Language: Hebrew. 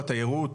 התיירות